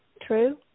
True